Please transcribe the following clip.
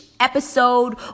episode